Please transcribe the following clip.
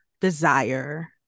desire